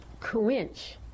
quench